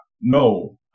No